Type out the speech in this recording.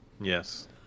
yes